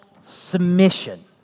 submission